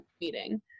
meeting